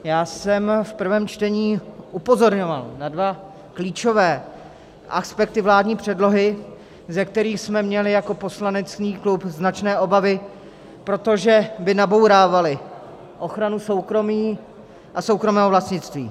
Já jsem v prvém čtení upozorňoval na dva klíčové aspekty vládní předlohy, ze kterých jsme měli jako poslanecký klub značné obavy, protože by nabourávaly ochranu soukromí a soukromého vlastnictví.